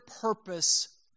purpose